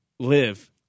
Live